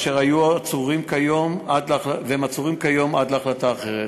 והם עצורים כיום עד להחלטה אחרת.